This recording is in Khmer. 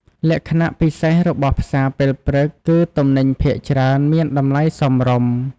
លក្ខណៈពិសេសរបស់ផ្សារពេលព្រឹក គឺទំនិញភាគច្រើនមានតម្លៃសមរម្យ។